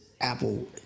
Apple